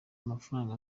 amafaranga